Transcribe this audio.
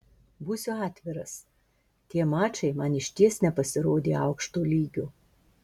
būsiu atviras tie mačai man išties nepasirodė aukšto lygio